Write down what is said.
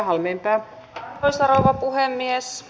arvoisa rouva puhemies